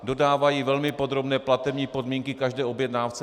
Dodávají velmi podrobné platební podmínky každé objednávce.